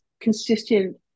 consistent